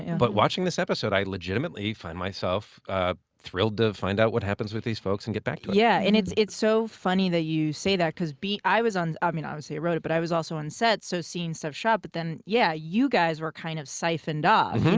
and but watching this episode, i legitimately find myself thrilled to find out what happens with these folks and get back to it. yeah, and it's it's so funny that you say that because i was on ah i mean, obviously i wrote it, but i was also on set, so seeing stuff shot. but then, yeah, you guys were kind of siphoned off,